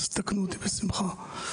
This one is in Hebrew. אז תקנו אותי בשמחה.